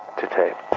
to tape,